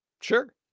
Sure